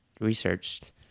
researched